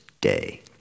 day